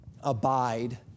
abide